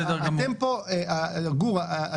גור,